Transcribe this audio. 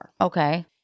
Okay